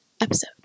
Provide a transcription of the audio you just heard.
episode